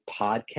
podcast